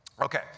Okay